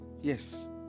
yes